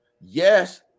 Yes